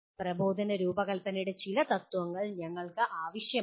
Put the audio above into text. പ്രബോധന രൂപകൽപ്പനയുടെ ചില തത്ത്വങ്ങൾ ഞങ്ങൾക്ക് ആവശ്യമാണ്